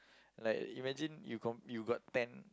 like imagine you go~ you got ten